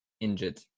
injured